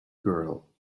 girl